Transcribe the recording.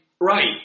right